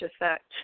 effect